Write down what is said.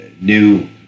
new